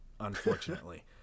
Unfortunately